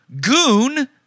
goon